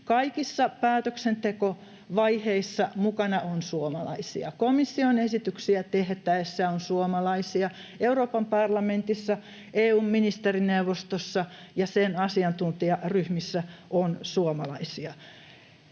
Kaikissa päätöksentekovaiheissa mukana on suomalaisia: komission esityksiä tehtäessä on suomalaisia, Euroopan parlamentissa, EU:n ministerineuvostossa ja sen asiantuntijaryhmissä on suomalaisia.